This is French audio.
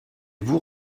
vous